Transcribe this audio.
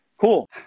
cool